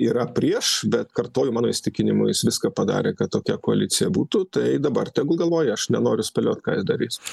yra prieš bet kartoju mano įsitikinimu jis viską padarė kad tokia koalicija būtų tai dabar tegul galvoja aš nenoriu spėliot ką jis darys